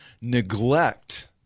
neglect